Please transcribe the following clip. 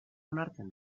onartzen